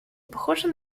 похожа